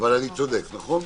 אבל אני צודק, נכון?